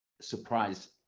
surprise